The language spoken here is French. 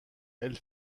elle